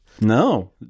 No